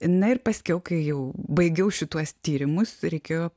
na ir paskiau kai jau baigiau šituos tyrimus reikėjo